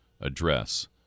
address